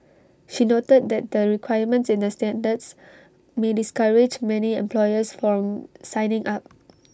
she noted that the requirements in the standards may discourage many employers from signing up